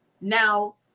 Now